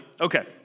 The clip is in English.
Okay